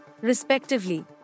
respectively